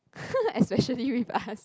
especially with us